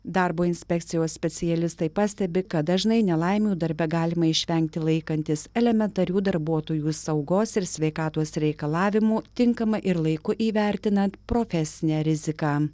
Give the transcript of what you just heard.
darbo inspekcijos specialistai pastebi kad dažnai nelaimių darbe galima išvengti laikantis elementarių darbuotojų saugos ir sveikatos reikalavimų tinkama ir laiku įvertinant profesinę riziką